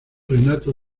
renato